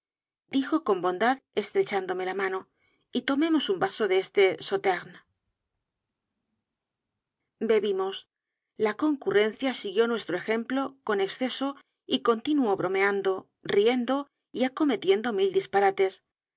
dijo con bondad estrechándome la mano y tomemos un vaso de este sauterne bebimos la concurrencia siguió nuestro ejemplo con exceso y continuó bromeando riendo y cometiendo mil disparates